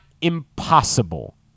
impossible